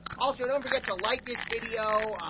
also, don't forget to like this video.